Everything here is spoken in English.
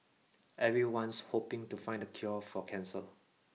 everyone's hoping to find the cure for cancer